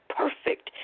perfect